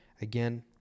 again